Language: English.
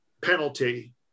penalty